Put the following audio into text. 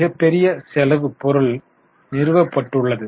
மிகப்பெரிய செலவு பொருள் நிறுவப்பட்டுள்ளது